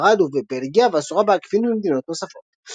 בספרד ובבלגיה ואסורה בעקיפין במדינות נוספות.